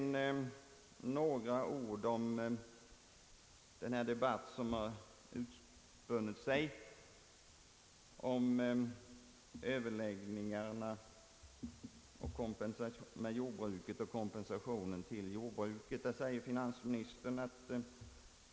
Så några ord om den debatt som utspunnit sig om överläggningarna om jordbruket och kompensationen till jordbruket i det sammanhang det här gäller.